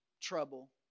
trouble